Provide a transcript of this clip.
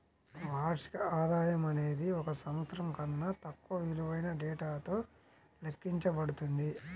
వార్షిక ఆదాయం అనేది ఒక సంవత్సరం కన్నా తక్కువ విలువైన డేటాతో లెక్కించబడుతుంది